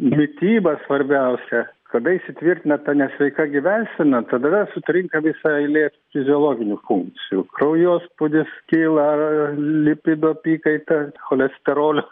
mityba svarbiausia kada įsitvirtina ta nesveika gyvensena tada sutrinka visa eilė fiziologinių funkcijų kraujospūdis kyla lipido apykaita cholesterolio